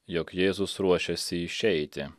jog jėzus ruošiasi išeiti